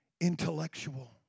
Intellectual